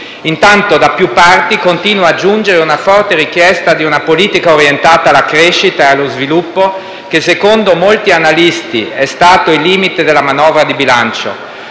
Intanto, da più parti, continua a giungere una forte richiesta di una politica orientata alla crescita e allo sviluppo, che, secondo molti analisti, è stato il limite della manovra di bilancio.